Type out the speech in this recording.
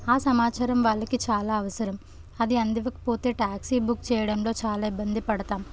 ఆ సమాచారం వాళ్ళకి చాలా అవసరం అది అందించకపోతే ట్యాక్సీ బుక్ చెయ్యడంలో చాలా ఇబ్బంది పడతాము